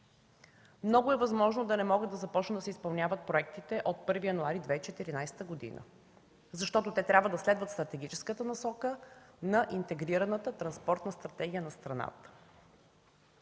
много е възможно да не могат да започнат да се изпълняват проектите от 1 януари 2014 г., защото те трябва да следват стратегическата насока на Интегрираната транспортна стратегия на страната.